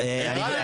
לא.